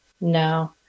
No